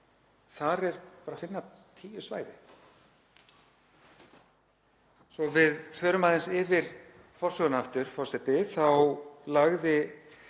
þar er bara að finna tíu svæði. Svo að við förum aðeins yfir forsöguna aftur, forseti, þá lagði